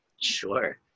Sure